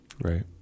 Right